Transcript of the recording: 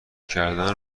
کردن